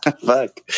Fuck